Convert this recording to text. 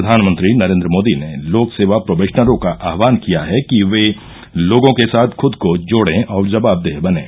प्रधानमंत्री नरेन्द्र मोदी ने लोक सेवा प्रोबेशनरों का आह्वान किया है कि वे लोगों के साथ खुद को जोडें और जवाबदेह बनें